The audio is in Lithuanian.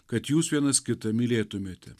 kad jūs vienas kitą mylėtumėte